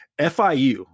FIU